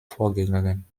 vorgegangen